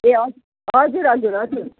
ए हजुर हजुर हजुर हजुर